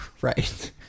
right